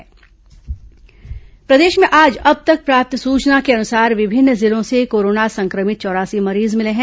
corona मरीज प्रदेश में आज अब तक प्राप्त सूचना के अनुसार विभिन्न जिलो से कोरोना संक्रमित चौरासी मरीज मिले हैं